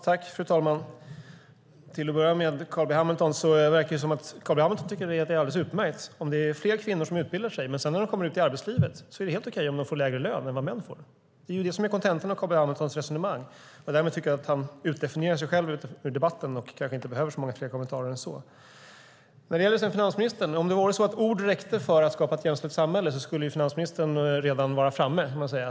Fru talman! Till att börja med: Carl B Hamilton verkar tycka att det är alldeles utmärkt om fler kvinnor utbildar sig men att det är helt okej om de får lägre lön än vad män får när de sedan kommer ut i arbetslivet. Det är det som är kontentan av Carl B Hamiltons resonemang, och därmed tycker jag att han definierar ut sig själv ur debatten och kanske inte behöver så många fler kommentarer än så. När det sedan gäller finansministern: Om det vore så att ord räckte för att skapa ett jämställt samhälle skulle finansministern redan vara framme, kan man säga.